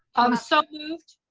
um so moved.